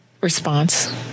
response